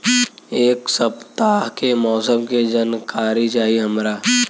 एक सपताह के मौसम के जनाकरी चाही हमरा